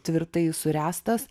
tvirtai suręstas